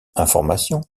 information